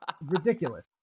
Ridiculous